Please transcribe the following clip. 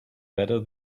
better